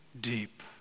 deep